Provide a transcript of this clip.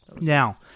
Now